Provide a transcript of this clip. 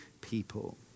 people